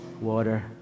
water